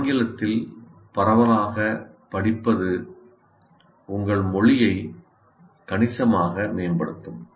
ஆங்கிலத்தில் பரவலாகப் படிப்பது உங்கள் மொழியை கணிசமாக மேம்படுத்தும்